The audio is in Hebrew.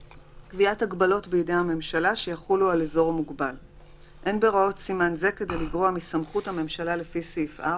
"קביעת הגבלות בידי הממשלה שיחולו על אזור מוגבל 20. אין בהוראות סימן זה כדי לגרוע מסמכות הממשלה לפי סעיף 4,